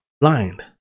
blind